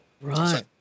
Right